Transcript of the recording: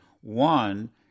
One